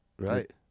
right